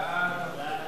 המלצת